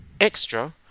Extra